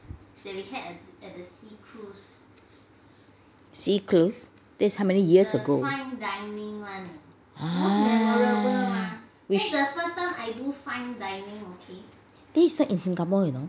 sea cruise that is how many years ago ah this is not in singapore you know